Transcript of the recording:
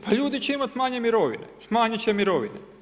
Pa ljudi će imati manje mirovine, smanjiti će mirovine.